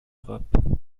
rap